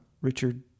Richard